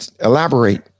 Elaborate